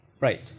Right